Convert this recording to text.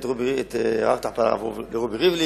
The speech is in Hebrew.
פריפריה במדינת ישראל ומחויבים